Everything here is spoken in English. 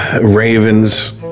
Ravens